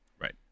right